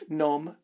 nom